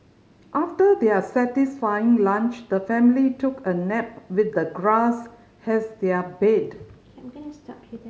after their satisfying lunch the family took a nap with the grass has their bed